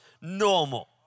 normal